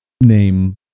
name